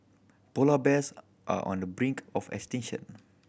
polar bears are on the brink of extinction